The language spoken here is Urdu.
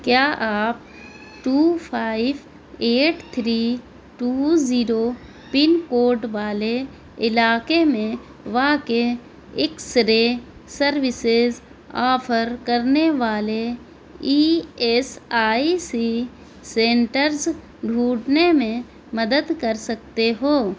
کیا آپ two five eight three two zero pin code والے علاقے میں واقع ایکسرے سروسز آفر کرنے والے E S I C centres ڈھونڈنے میں مدد کر سکتے ہو